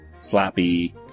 Slappy